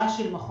מאוד